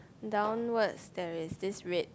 downwards there is this red